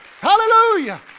hallelujah